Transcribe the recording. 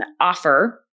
offer